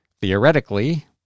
Theoretically